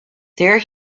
there